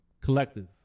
Collective